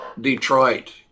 Detroit